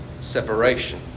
Separation